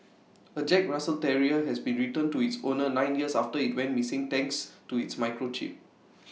A Jack Russell terrier has been returned to its owners nine years after IT went missing thanks to its microchip